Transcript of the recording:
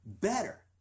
better